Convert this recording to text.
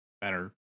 better